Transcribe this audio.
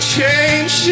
Change